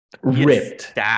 ripped